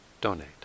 donate